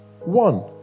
One